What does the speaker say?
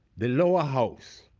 the lower house,